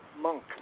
monk